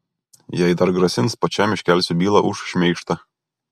jei dar grasins pačiam iškelsiu bylą už šmeižtą